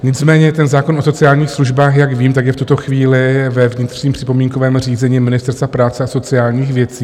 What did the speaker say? Nicméně ten zákon o sociálních službách, jak vím, je v tuto chvíli ve vnitřním připomínkovém řízení Ministerstva práce a sociálních věcí.